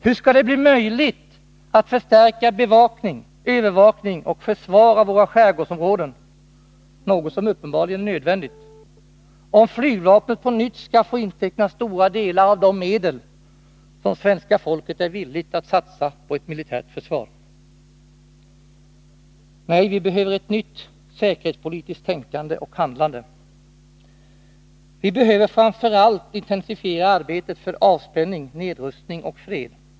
Hur skall det bli möjligt att förstärka bevakning, övervakning och försvar av våra skärgårdsområden, något som uppenbarligen är nödvändigt, om flygvapnet på nytt skall få inteckna stora delar av de medel som svenska folket är villigt att satsa på ett militärt försvar? Nej, vi behöver ett nytt säkerhetspolitiskt tänkande och handlande. Vi behöver framför allt intensifiera arbetet för avspänning, nedrustning och fred.